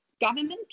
government